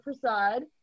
Prasad